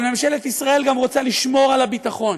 אבל ממשלת ישראל גם רוצה לשמור על הביטחון,